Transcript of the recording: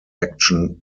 action